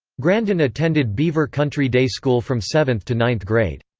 grandin attended beaver country day school from seventh to ninth grade.